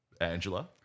Angela